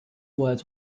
words